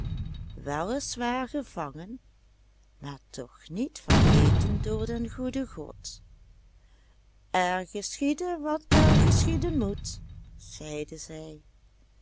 waar gevangen maar toch niet vergeten door den goeden god er geschiede wat er geschieden moet zeide zij